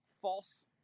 false